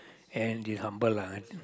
and be humble ah